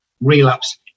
relapse